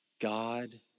God